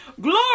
Glory